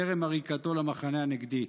טרם עריקתו למחנה הנגדי.